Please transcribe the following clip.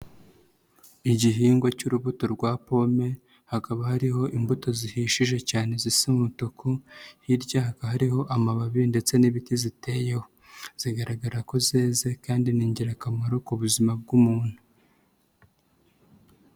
Igihingwa cy'urubuto rwa pome, hakaba hariho imbuto zihishije cyane zisa umutuku, hiryaga hariho amababi ndetse n'ibiti ziteyeho. Zigaragara ko zeze kandi ni ingirakamaro ku buzima bw'umuntu.